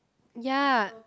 ya